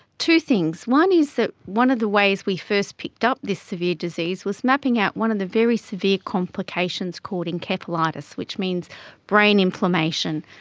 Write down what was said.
two things. one is that one of the ways we first picked up this severe disease was mapping out one of the very severe complications called encephalitis, which means brain inflammation.